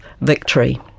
victory